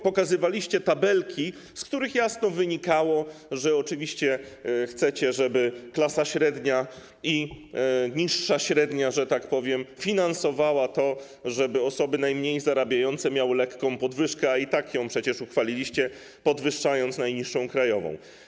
Pokazywaliście tabelki, z których jasno wynikało, że oczywiście chcecie, żeby klasa średnia i niższa średnia, że tak powiem, finansowała to, żeby osoby najmniej zarabiające miały lekką podwyżkę, którą i tak przecież uchwaliliście, podwyższając najniższą krajową.